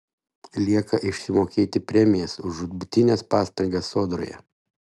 lieka išsimokėti premijas už žūtbūtines pastangas sodroje